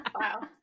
Wow